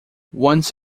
once